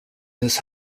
this